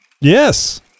yes